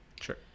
Sure